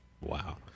Wow